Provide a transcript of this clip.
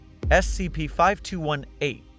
SCP-5218